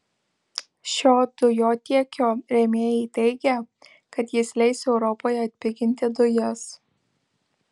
šio dujotiekio rėmėjai teigia kad jis leis europoje atpiginti dujas